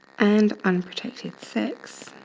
and unprotected sex